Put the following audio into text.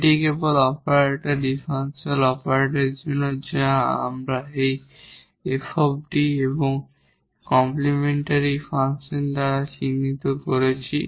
এটি কেবল operator differential অপারেটরের জন্য যা আমরা এই 𝑓 𝐷 এবং কমপ্লিমেন্টরি ফাংশন দ্বারা চিহ্নিত করেছি